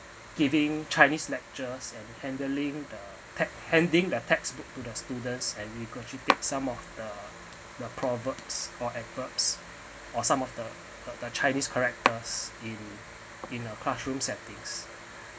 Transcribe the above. giving chinese lectures and handling the text handing the textbook students and you got tech it some of the proverbs or adverbs or some of the the chinese characters in in our classroom settings